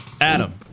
Adam